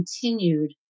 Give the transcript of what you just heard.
continued